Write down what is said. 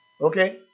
Okay